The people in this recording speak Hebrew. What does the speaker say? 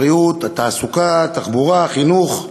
הבריאות, התעסוקה, התחבורה, החינוך,